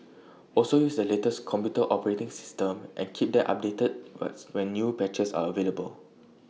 also use the latest computer operating system and keep them updated was when new patches are available